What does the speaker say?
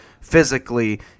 physically